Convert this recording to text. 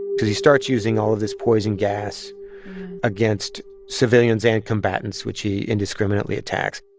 because he starts using all of this poison gas against civilians and combatants, which he indiscriminately attacks.